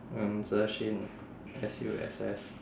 mm celeste shin S_U_S_S